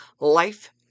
life